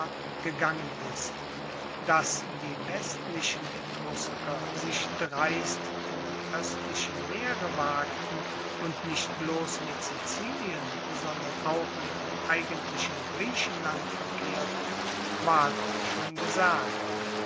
gegangen ist dass die westlichen etrusker sich dreist in die oestlichen meere wagten und nicht bloss mit sizilien sondern auch mit dem eigentlichen griechenland verkehrten ward schon gesagt